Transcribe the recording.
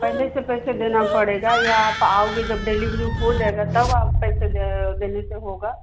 पहले से पैसे देना पड़ेगा या आप आओगे जब डेलिवरी हो जाएगा तब आप पैसे देने से होगा